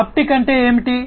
haptic అంటే ఏమిటి